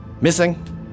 missing